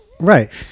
Right